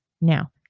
now